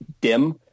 dim